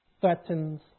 threatens